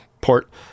port